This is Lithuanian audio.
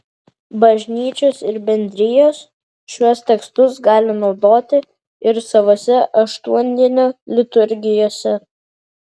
bažnyčios ir bendrijos šiuos tekstus gali naudoti ir savose aštuondienio liturgijose